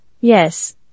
yes